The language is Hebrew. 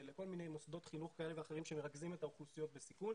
לכל מיני מוסדות חינוך כאלה ואחרים שמרכזים את האוכלוסיות בסיכון,